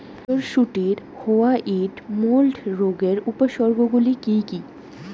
মটরশুটির white mould রোগের উপসর্গগুলি কী কী?